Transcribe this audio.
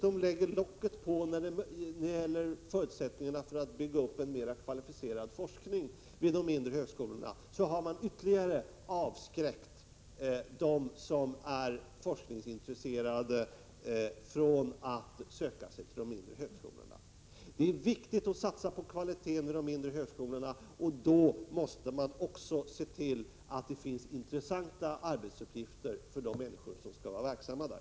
Om man dessutom minskar förbättringarna för att bygga upp en mer kvalificerad forskning vid de mindre högskolorna, har vi ytterligare avskräckt de forskningsintresserade från att söka sig till de mindre högskolorna. Det är viktigt att satsa på kvaliteten vid de mindre högskolorna, och då måste vi också se till att det finns intressanta arbetsuppgifter för dem som skall vara verksamma där.